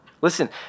Listen